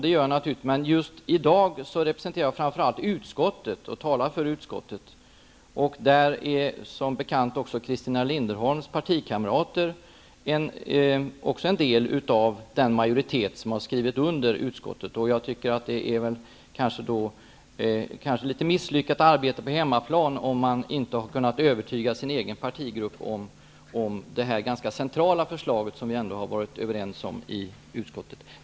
Det gör jag naturligtvis, men just i dag representerar jag framför allt utskottet och talar å utskottets vägnar. Som bekant utgör också Christina Linderholms partikamrater en del av den majoritet som har skrivit under utskottets förslag. Det förefaller som något misslyckat arbete på hemmaplan om man inte har kunnat övertyga sin egen partigrupp om det här ganska centrala förslaget, som vi är överens om i utskottet.